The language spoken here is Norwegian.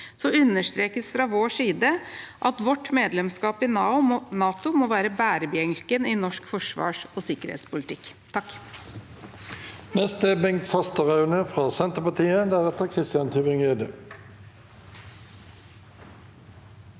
understrekes det fra vår side at vårt medlemskap i NATO må være bærebjelken i norsk forsvars- og sikkerhetspolitikk. Bengt